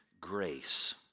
grace